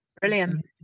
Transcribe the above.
brilliant